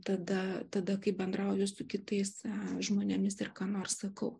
tada tada kai bendrauju su kitais žmonėmis ir ką nors sakau